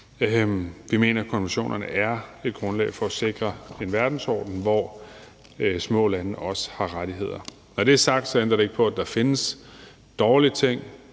Vi mener, at konventionerne er et grundlag for at sikre en verdensorden, hvor små lande også har rettigheder. Når det er sagt, ændrer det ikke på, at der findes dårlige ting